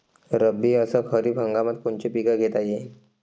रब्बी अस खरीप हंगामात कोनचे पिकं घेता येईन?